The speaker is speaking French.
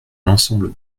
l’ensemble